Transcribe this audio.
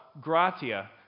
gratia